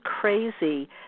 crazy